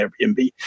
Airbnb